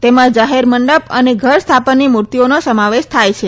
તેમાં જાહેર મંડપ અને ઘર સ્થાપનાની મૂર્તિઓનો સમાવેશ થાય છે